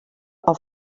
auf